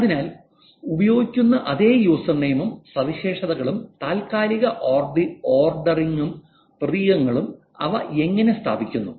അതിനാൽ ഉപയോഗിക്കുന്ന അതേ യൂസർനെയിം ഉം സവിശേഷതകളും താൽക്കാലിക ഓർഡറിംഗും പ്രതീകങ്ങളും അവ എങ്ങനെ സ്ഥാപിക്കുന്നു